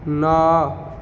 ନଅ